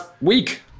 week